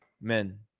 men